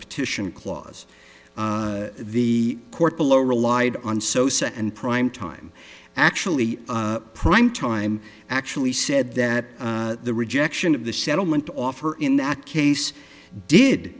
petition clause the court below relied on sosa and prime time actually prime time actually said that the rejection of the settlement offer in that case did